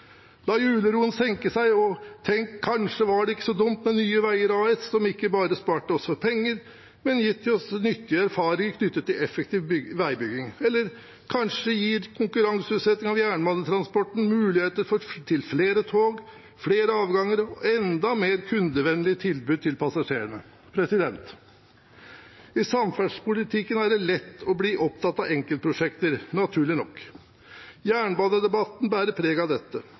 La juleroen senke seg og tenk: Kanskje var det ikke så dumt med Nye veier AS, som ikke bare har spart oss for penger, men også gitt oss nyttige erfaringer knyttet til effektiv veibygging? Eller kanskje gir konkurranseutsetting av jernbanetransporten muligheter for flere tog, flere avganger og et enda mer kundevennlig tilbud til passasjerene? I samferdselspolitikken er det lett å bli opptatt av enkeltprosjekter – naturlig nok. Jernbanedebatten bærer preg av dette.